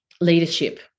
leadership